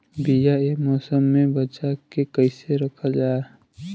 बीया ए मौसम में बचा के कइसे रखल जा?